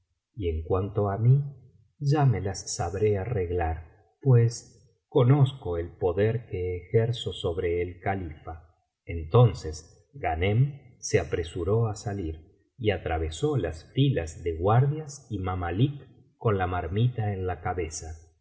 y en cuanto á mí ya me las sabré arreglar pues conozco el poder que ejerzo sobre el califa entonces ghanem se apresuró á salir y atravesó las filas de guardias y mamalik con la marmita en la cabeza